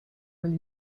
will